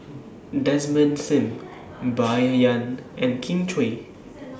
Desmond SIM Bai Yan and Kin Chui